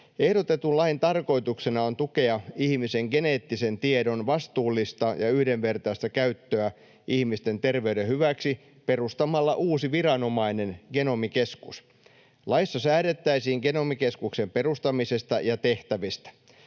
Ehdotetun lain tarkoituksena on tukea ihmisen geneettisen tiedon vastuullista ja yhdenvertaista käyttöä ihmisten terveyden hyväksi perustamalla uusi viranomainen, Genomikeskus. Laissa säädettäisiin Genomikeskuksen perustamisesta ja tehtävistä.